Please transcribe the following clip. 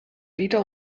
wieder